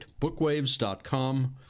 bookwaves.com